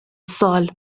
سال